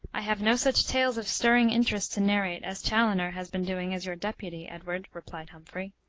i have no such tales of stirring interest to narrate as chaloner has been doing as your deputy, edward, replied humphrey.